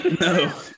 No